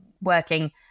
working